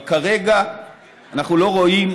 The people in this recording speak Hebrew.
אבל כרגע אנחנו לא רואים